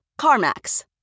CarMax